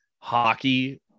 hockey